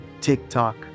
TikTok